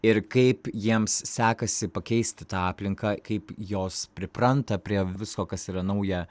ir kaip jiems sekasi pakeisti tą aplinką kaip jos pripranta prie visko kas yra nauja